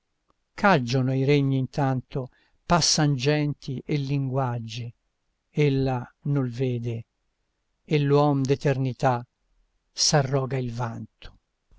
caggiono i regni intanto passan genti e linguaggi ella nol vede e l'uom d'eternità s'arroga il vanto